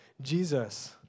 Jesus